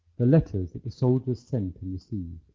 the letters that the soldiers sent and received.